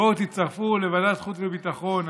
בואו, תצטרפו לוועדת חוץ וביטחון.